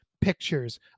pictures